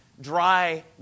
dry